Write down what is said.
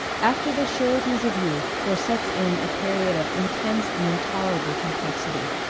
after the sureties of youth there sets in a period of intense and intolerable complexity.